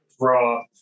Raw